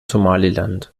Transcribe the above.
somaliland